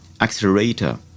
accelerator